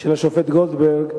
של השופט גולדברג,